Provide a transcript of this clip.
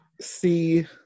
see